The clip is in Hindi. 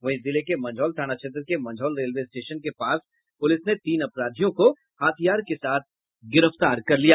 वहीं जिले के मंझौल थाना क्षेत्र के मंझौल रेलवे स्टेशन के पास पुलिस ने तीन अपराधियों को हथियार के साथ गिरफ्तार कर लिया